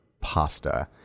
pasta